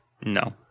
No